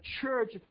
church